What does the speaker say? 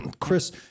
Chris